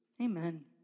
Amen